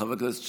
חבר הכנסת שטרן,